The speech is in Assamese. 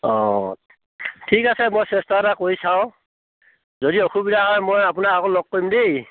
অ' ঠিক আছে মই চেষ্টা এটা কৰি চাওঁ যদি অসুবিধা হয় মই আপোনাক আকৌ লগ কৰিম দেই